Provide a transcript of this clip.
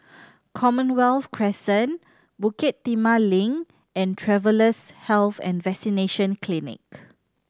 Commonwealth Crescent Bukit Timah Link and Travellers' Health and Vaccination Clinic